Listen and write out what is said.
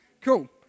Cool